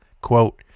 Quote